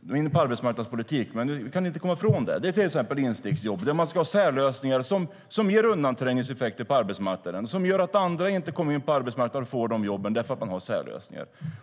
Nu är vi inne på arbetsmarknadspolitik, men man kan inte komma ifrån det. I instegsjobben har man särlösningar som ger undanträngningseffekter på arbetsmarknaden och som gör att andra inte kommer in på arbetsmarknaden och får dessa jobb. Det är för att man har särlösningar.